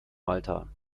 malta